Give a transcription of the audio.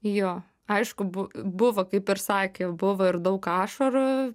jo aišku bu buvo kaip ir sakė buvo ir daug ašarų